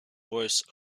voice